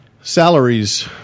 salaries